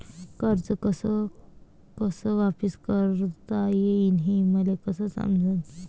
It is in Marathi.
कर्ज कस कस वापिस करता येईन, हे मले कस समजनं?